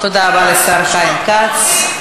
תודה רבה לשר חיים כץ.